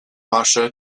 pasha